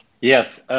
Yes